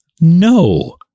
no